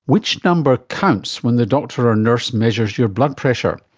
which number counts when the doctor or nurse measures your blood pressure,